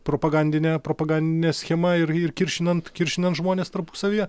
propagandine propagandine schema ir ir kiršinant kiršinant žmones tarpusavyje